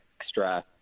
extra